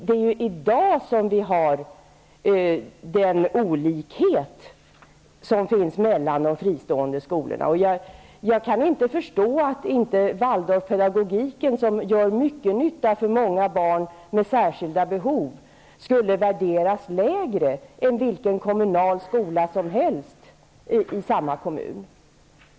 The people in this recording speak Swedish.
Det är ju i dag som det är olikheter mellan de fristående skolorna. Jag kan inte förstå att Waldorfpedagogiken, som gör mycket nytta för många barn med särskilda behov, skulle värderas lägre än vilken kommunal skola som helst i samma kommun.